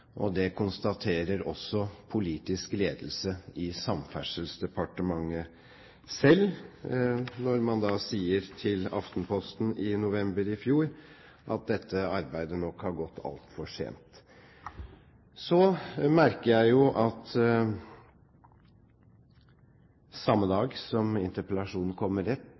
og det konstaterer også politisk ledelse i Samferdselsdepartementet selv, når man sier til Aftenposten i november i fjor at dette arbeidet nok «har gått for sent». Så merker jeg meg jo at samme dag som interpellasjonen kommer